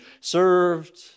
served